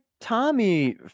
Tommy